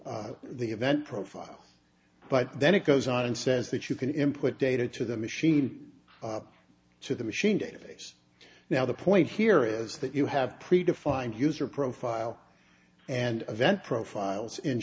the the event profile but then it goes on and says that you can input data to the machine to the machine database now the point here is that you have pre defined user profile and event profiles